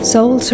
Soul